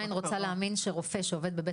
אני עדיין רוצה להאמין שרופא שעובד בבית